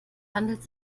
handelt